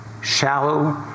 Shallow